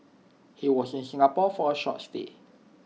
he was in Singapore for A short stay